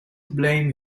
blame